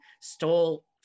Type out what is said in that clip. stole